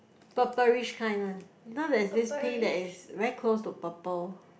purple-ish kind one know there is this pink that is very close to purple